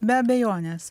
be abejonės